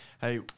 Hey